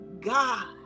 God